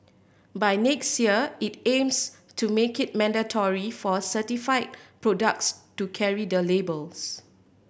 by next year it aims to make it mandatory for certified products to carry the labels